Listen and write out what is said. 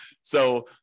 So-